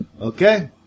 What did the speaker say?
Okay